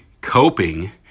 coping